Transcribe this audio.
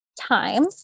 time